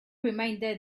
reminded